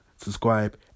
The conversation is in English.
subscribe